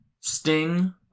Sting